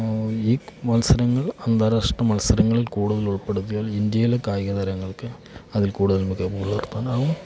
ഈ മത്സരങ്ങൾ അന്താരാഷ്ട്ര മത്സരങ്ങളിൽ കൂടുതൽ ഉൾപ്പെടുത്തിയാൽ ഇന്ത്യയിലെ കായിക താരങ്ങൾക്ക് അതിൽ കൂടുതൽ മികവ് പുലർത്താനാവും